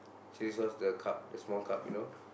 chilli sauce the cup the small cup you know